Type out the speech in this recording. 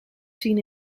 zien